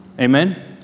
Amen